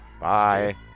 Bye